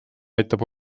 aitab